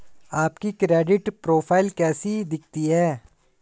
आपकी credit profile कैसी दिखती है?